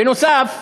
בנוסף,